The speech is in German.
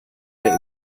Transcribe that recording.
der